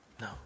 No